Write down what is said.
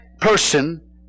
person